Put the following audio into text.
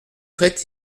fait